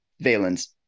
valence